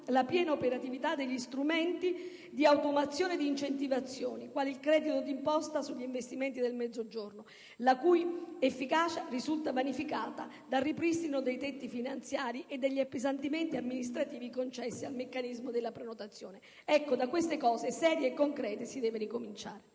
la piena operatività degli strumenti di automazione e di incentivazione, quale il credito d'imposta sugli investimenti per il Mezzogiorno, la cui efficacia risulta vanificata dal ripristino dei tetti finanziari e degli appesantimenti amministrativi concessi al meccanismo della prenotazione. Ecco, da queste cose serie e concrete si deve ricominciare.